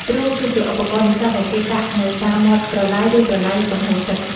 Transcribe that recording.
ទ្រូ គឺជាឧបករណ៍នេសាទដែលគេដាក់នៅតាមមាត់ប្រឡាយ ឬប្រឡាយបង្ហូរទឹក។